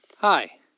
Hi